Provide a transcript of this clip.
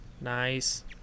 nice